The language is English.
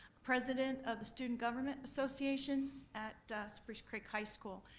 president of the student government association at spruce creek high school.